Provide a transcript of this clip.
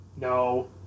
No